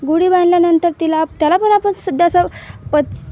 गुढी बांधल्यानंतर तिला त्याला पण आपण सध्या असं पच